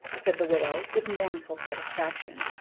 said the widow, with mournful satisfaction.